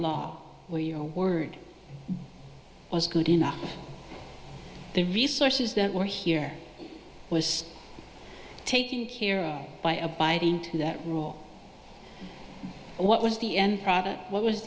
law where your word was good enough the resources that were here was taking care of by abiding to that rule what was the end product what was